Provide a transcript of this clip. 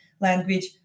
language